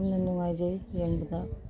ꯌꯥꯝꯅ ꯅꯨꯡꯉꯥꯏꯖꯩ ꯌꯦꯡꯕꯗ